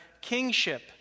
kingship